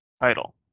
title